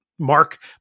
mark